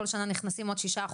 כל שנה נכנסים עוד 6%,